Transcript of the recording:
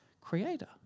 creator